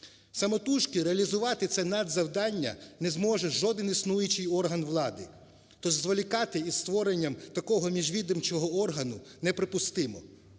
Самотужки реалізувати це надзавдання не зможе жоден існуючий орган влади, тож зволікати із створенням такого міжвідомчого органу неприпустимо.